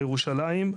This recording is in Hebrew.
לירושלים,